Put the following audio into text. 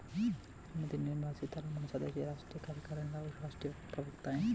श्रीमती निर्मला सीतारमण सदस्य, राष्ट्रीय कार्यकारिणी और राष्ट्रीय प्रवक्ता हैं